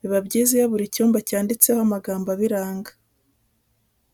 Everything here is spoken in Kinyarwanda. biba byiza iyo buri cyumba cyanditseho amagambo abiranga.